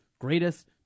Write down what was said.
Greatest